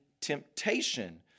temptation